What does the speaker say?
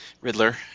Riddler